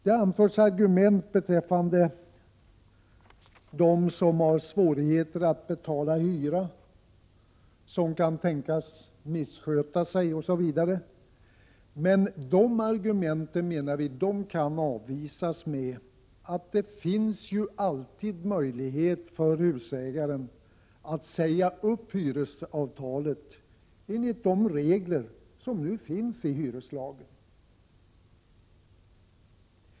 Det har anförts argument beträffande dem som har svårigheter att betala hyra, som kan tänkas missköta sig osv., men de argumenten kan avvisas med att det alltid finns möjlighet för husägaren att säga upp hyresavtalet enligt reglerna i hyreslagen.